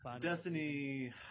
Destiny